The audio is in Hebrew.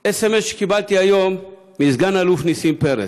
סמ"ס שקיבלתי היום מסגן-אלוף נסים פרץ,